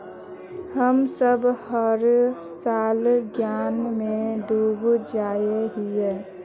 हम सब हर साल ऋण में डूब जाए हीये?